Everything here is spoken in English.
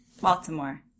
Baltimore